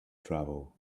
travel